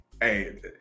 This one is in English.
hey